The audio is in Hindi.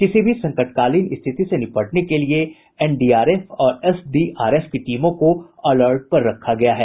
किसी भी संकटकालीन स्थिति से निपटने के लिए एनडीआरएफ और एसडीआरएफ की टीमों को अलर्ट पर रखा गया है